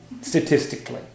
statistically